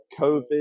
Covid